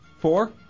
Four